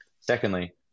Secondly